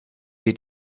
hier